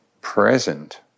present